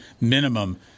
minimum